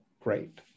Great